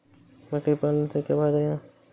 बकरी पालने से क्या फायदा है?